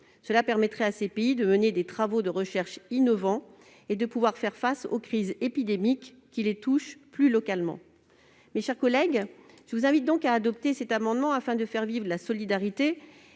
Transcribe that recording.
Cela permettrait à ces pays de mener des travaux de recherche innovants et de pouvoir faire face aux crises épidémiques qui les touchent plus localement. Mes chers collègues, je vous invite à adopter cet amendement afin de faire vivre la solidarité